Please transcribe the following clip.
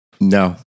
No